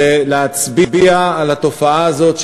ולהצביע על התופעה הזאת,